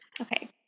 Okay